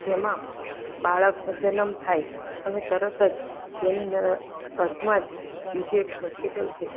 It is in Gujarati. જેમાં બાળક જન્મ થાય અને તરત જ તેની ન ટચમાં જ બીજી એક હોસ્પિટલ છે